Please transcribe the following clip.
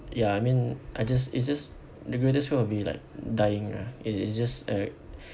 ya I mean I just it's just the greatest fear will be like dying ah it's it's just a